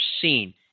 seen